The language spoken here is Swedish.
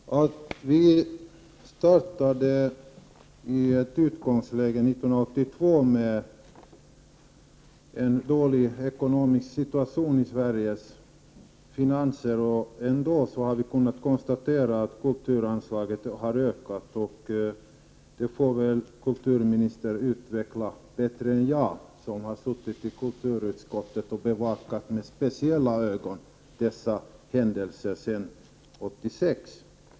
Herr talman! Vi socialdemokrater startade 1982 i ett utgångsläge med en dålig ekonomisk situation i Sveriges finanser, och ändå kan det konstateras att kulturanslagen har ökat. Kulturministern får utveckla det bättre än jag, eftersom jag har suttit i kulturutskottet först 1986 och sedan med andra ögon bevakat dessa händelser.